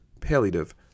palliative